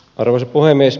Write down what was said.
arvoisa puhemies